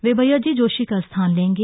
वे भैयाजी जोशी का स्थान लेंगे